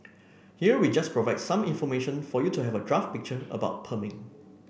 here we just provide some information for you to have a draft picture about perming